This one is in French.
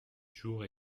jours